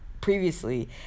previously